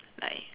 like